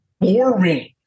boring